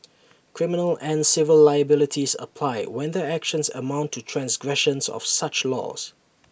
criminal and civil liabilities apply when their actions amount to transgressions of such laws